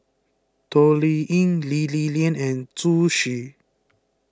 Toh Liying Lee Li Lian and Zhu Xu